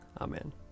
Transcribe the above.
Amen